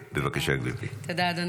בבקשה, גברתי.